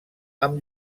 amb